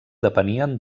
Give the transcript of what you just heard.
depenien